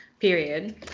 Period